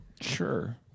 Sure